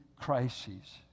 crises